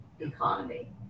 economy